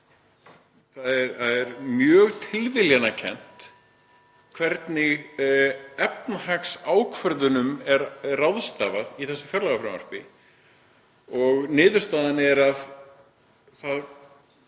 Það er mjög tilviljanakennt hvernig efnahagsákvörðunum er beitt í þessu fjárlagafrumvarpi og niðurstaðan er að